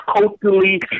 culturally